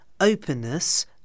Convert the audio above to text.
openness